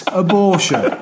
abortion